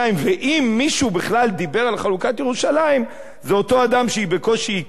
ואם מישהו בכלל דיבר על חלוקת ירושלים זה אותו אדם שהיא בקושי הכירה.